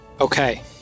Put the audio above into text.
Okay